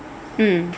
mm